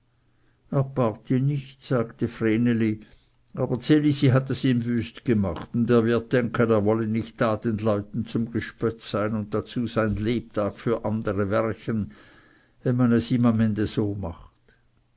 nicht sagte vreneli aber ds elisi hat es ihm wüst gemacht und er wird denken er wolle nicht da den leuten zum gespött sein und dazu sein lebtag für andere werchen wenn man es ihm am ende so macht